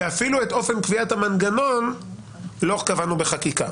ואפילו את אופן קביעת המנגנון לא קבענו בחקיקה.